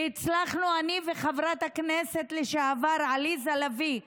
והצלחנו, אני וחברת הכנסת לשעבר עליזה לביא,